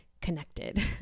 connected